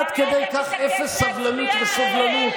עד כדי כך אפס סבלנות וסובלנות?